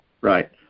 right